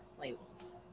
labels